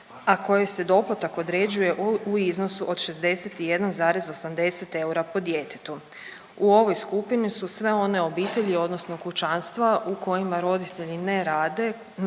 a koji se doplatak određuje u iznosu od 61,80 eura po djetetu. U ovoj skupini su sve one obitelji odnosno kućanstva u kojima roditelji ne rade